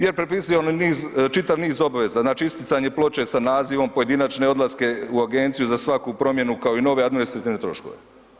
Jer propisuje niz, čitav niz obveza, znači isticanje ploče sa nazivom, pojedinačne odlaske u agenciju za svaku promjenu kao i nove administrativne troškove.